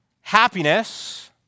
Happiness